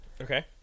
Okay